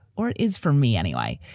or it is for me anyway.